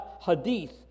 Hadith